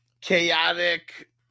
Chaotic